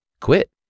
quit